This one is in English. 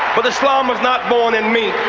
but the slum was not born in me.